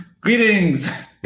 Greetings